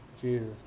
jesus